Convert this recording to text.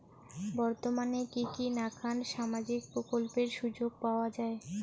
বর্তমানে কি কি নাখান সামাজিক প্রকল্পের সুযোগ পাওয়া যায়?